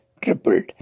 tripled